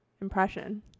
impression